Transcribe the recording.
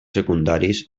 secundaris